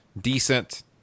decent